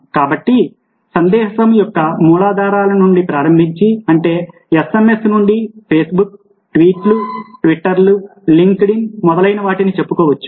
కాబట్టి సందేశం యొక్క మూలాధారాల నుండి ప్రారంభించి అంటే SMS నుండి ఫేస్బుక్ ట్వీట్లు ట్విట్టర్లు లింక్డ్ ఇన్ మొదలైనవాటిని చెప్పుకోవచ్చు